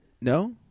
No